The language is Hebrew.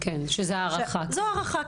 זו הערכה,